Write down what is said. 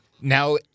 now